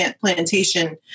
Plantation